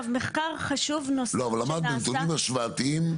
לא, אבל אמרת בנתונים השוואתיים,